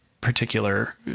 particular